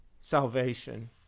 salvation